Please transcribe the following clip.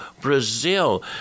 Brazil